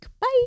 Bye